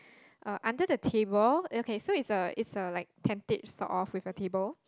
uh under the table okay so it's a it's a like tentage sort of with a table